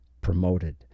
promoted